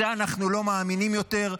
לזה אנחנו לא מאמינים יותר.